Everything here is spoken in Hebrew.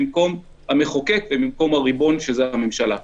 במקום המחוקק ובמקום הריבון שזאת הממשלה.